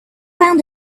found